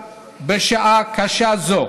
בשעה קשה זו